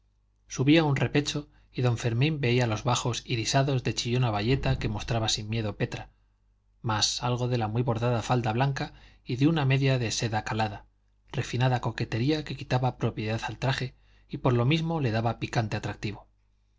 subía un repecho y don fermín veía los bajos irisados de chillona bayeta que mostraba sin miedo petra más algo de la muy bordada falda blanca y de una media de seda calada refinada coquetería que quitaba propiedad al traje y por lo mismo le daba picante atractivo